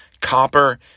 Copper